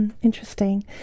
Interesting